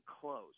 close